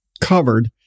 covered